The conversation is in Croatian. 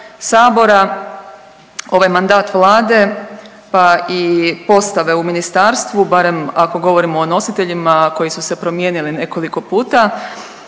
sabora, ovaj mandat Vlade, pa i postave u ministarstvu, barem ako govorimo o nositeljima koji su se promijenili nekoliko puta